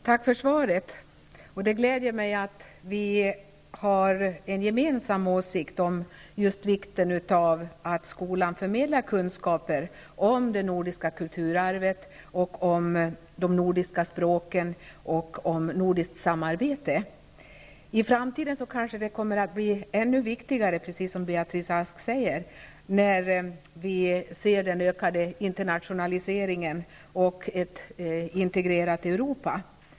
Fru talman! Tack för svaret. Det gläder mig att vi har en gemensam åsikt om just vikten av att skolan förmedlar kunskaper om det nordiska kulturarvet, de nordiska språken och det nordiska samarbetet. I framtiden kommer detta att bli ännu viktigare, precis som Beatrice Ask säger, med den ökade internationaliseringen och ett integrerat Europa.